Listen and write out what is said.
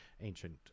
ancient